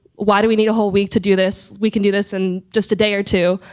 why do we need a whole week to do this? we can do this in just a day or two.